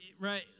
right